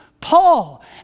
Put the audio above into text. Paul